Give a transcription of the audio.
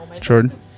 Jordan